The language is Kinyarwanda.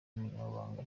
umunyamabanga